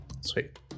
Sweet